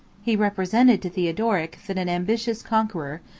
he represented to theodoric, that an ambitious conqueror,